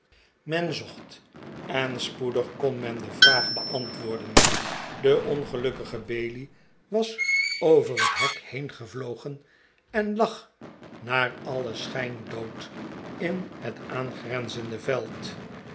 men zocht en spoedig kon men de vraag beantwoorden de ongelukkige bailey was oyer het hek heengevlogen en lag naar alien schijn dood in het aangrenzende veld